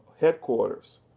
headquarters